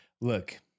Look